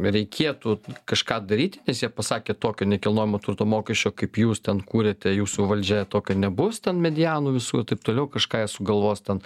reikėtų kažką daryti nes jie pasakė tokio nekilnojamo turto mokesčio kaip jūs ten kūrėte jūsų valdžioje tokio nebus ten medianų visų ir taip toliau kažką jie sugalvos ten